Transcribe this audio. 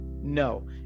no